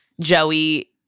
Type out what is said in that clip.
Joey